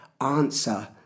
answer